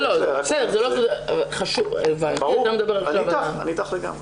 אני איתך לגמרי.